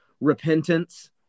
repentance